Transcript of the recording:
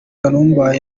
kanumba